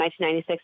1996